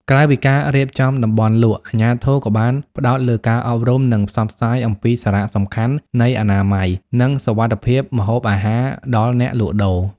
ក្រៅពីការរៀបចំតំបន់លក់ អាជ្ញាធរក៏បានផ្តោតលើការអប់រំ និងផ្សព្វផ្សាយអំពីសារៈសំខាន់នៃ អនាម័យ និងសុវត្ថិភាពម្ហូបអាហារ ដល់អ្នកលក់ដូរ ។